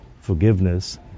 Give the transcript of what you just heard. forgiveness